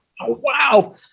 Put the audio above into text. wow